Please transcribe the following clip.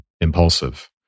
impulsive